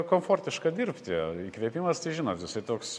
komfortiška dirbti įkvėpimas tai žinot jisai toks